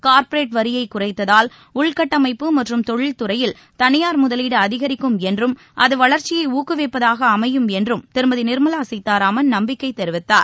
corporate வரியைக் குறைத்ததால் உள்கட்டமைப்பு மற்றும் தொழில் துறையில் தனியார் முதலீடு அதிகரிக்கும் என்றும் அது வளர்ச்சியை ஊக்குவிப்பதாக அமையும் என்றும் திருமதி நிர்மலா சீதாராமன் நம்பிக்கை தெரிவித்தார்